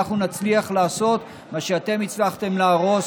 אנחנו נצליח לעשות מה שאתם הצלחתם להרוס